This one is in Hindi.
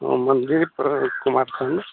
हाँ मंदिर पर कुमारखंड